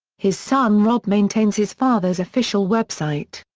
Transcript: his son rob maintains his father's official website.